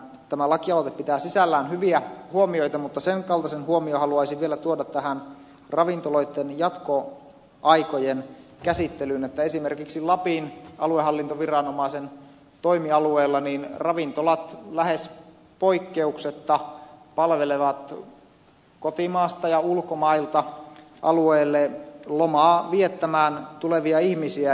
tämä lakialoite pitää sisällään hyviä huomioita mutta sen kaltaisen huomion haluaisin vielä tuoda tähän ravintoloitten jatkoaikojen käsittelyyn että esimerkiksi lapin aluehallintoviranomaisen toimialueella ravintolat lähes poikkeuksetta palvelevat kotimaasta ja ulkomailta alueelle lomaa viettämään tulevia ihmisiä